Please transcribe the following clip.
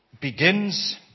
begins